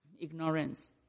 ignorance